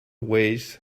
ways